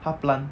他 plant